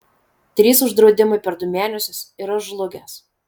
trys uždraudimai per du mėnesius ir aš žlugęs